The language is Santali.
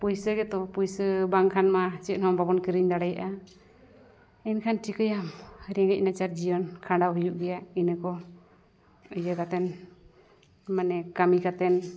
ᱯᱚᱭᱥᱟ ᱜᱮᱛᱚ ᱯᱚᱭᱥᱟ ᱵᱟᱝᱠᱷᱟᱱᱼᱢᱟ ᱪᱮᱫᱦᱚᱸ ᱵᱟᱵᱚᱱ ᱠᱤᱨᱤᱧ ᱫᱟᱲᱮᱭᱟᱜᱼᱟ ᱮᱱᱠᱷᱟᱱ ᱪᱤᱠᱟᱹᱭᱟᱢ ᱨᱮᱸᱜᱮᱡ ᱱᱟᱪᱟᱨ ᱡᱤᱭᱚᱱ ᱠᱷᱟᱸᱰᱟᱣ ᱦᱩᱭᱩᱜ ᱜᱮᱭᱟ ᱤᱱᱟᱹ ᱠᱚ ᱤᱭᱟᱹ ᱠᱟᱛᱮᱫ ᱢᱟᱱᱮ ᱠᱟᱹᱢᱤ ᱠᱟᱛᱮᱫ